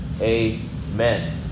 Amen